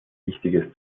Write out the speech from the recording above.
wichtiges